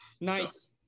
Nice